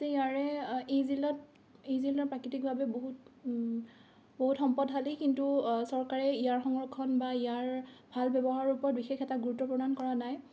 যে ইয়াৰে ইজিলত ইজিলত প্ৰাকৃতিকভাৱে বহুত সম্পদশালী কিন্তু চৰকাৰে ইয়াৰ সংৰক্ষণ বা ইয়াৰ ভাল ব্যৱহাৰৰ ওপৰত বিশেষ এটা গুৰুত্ব প্ৰদান কৰা নাই